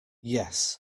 yes